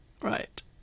Right